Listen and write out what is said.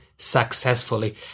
Successfully